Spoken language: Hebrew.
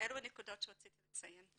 אלה הנקודות שרציתי לציין.